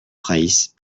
fraysse